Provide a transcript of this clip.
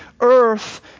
earth